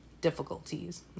difficulties